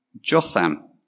Jotham